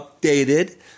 updated